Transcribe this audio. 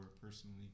personally